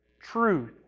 truth